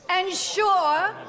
ensure